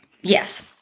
Yes